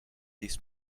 this